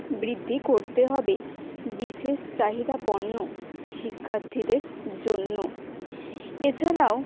বৃদ্ধি করতে হবে বিশেষ চাহিদাপূর্ণ শিক্ষার্থীদের জন্য এছাড়াও